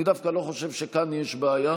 אני דווקא לא חושב שכאן יש בעיה.